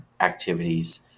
activities